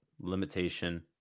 limitation